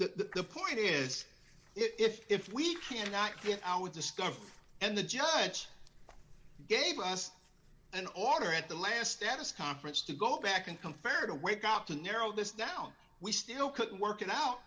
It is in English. the point is if we cannot get our discovery and the judge gave us an order at the last status conference to go back and conferred a wake up to narrow this down we still couldn't work it out